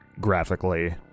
graphically